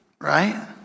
right